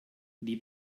die